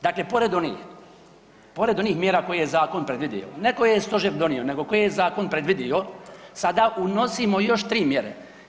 Dakle pored onih, pored onih mjera koje je zakon predvidio, ne koje je stožer donio, nego koje je zakon predvidio sada unosimo još 3 mjere.